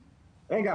רגע,